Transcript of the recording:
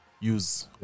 Use